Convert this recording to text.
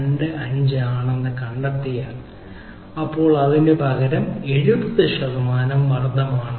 25 ആണെന്ന് കണ്ടാൽ ഇപ്പോൾ അതിനുപകരം 70 ശതമാനം വർധനവാണ്